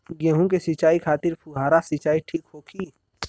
गेहूँ के सिंचाई खातिर फुहारा सिंचाई ठीक होखि?